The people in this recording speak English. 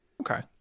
okay